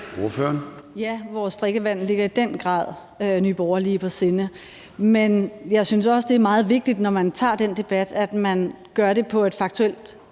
Ja, vores drikkevand ligger i den grad Nye Borgerlige på sinde. Men jeg synes også, det er meget vigtigt, når man tager den debat, at man gør det på et faktuelt og